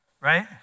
Right